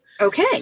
Okay